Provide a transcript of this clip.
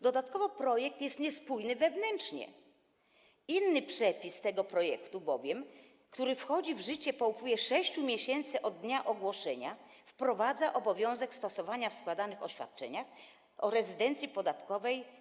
Dodatkowo projekt jest niespójny wewnętrznie, bowiem inny przepis tego projektu, który wchodzi w życie po upływie 6 miesięcy od dnia ogłoszenia, wprowadza obowiązek stosowania klauzuli karnej w składanych oświadczeniach o rezydencji podatkowej.